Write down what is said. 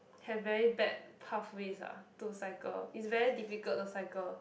have very bad pathways ah to cycle it's very difficult to cycle